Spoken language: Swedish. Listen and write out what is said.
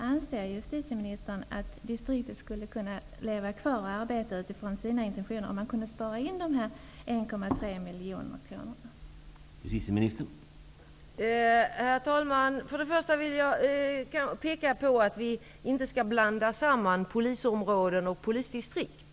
Anser justitieministern att distriktet skulle kunna arbeta med utgångspunkt i sina intentioner om dessa 1,3 miljoner kronor sparas in?